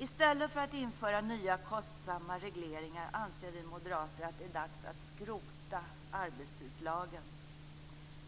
I stället för att införa nya kostsamma regleringar anser vi moderater att det är dags att skrota arbetstidslagen